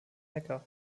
neckar